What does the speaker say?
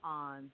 on